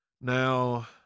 Now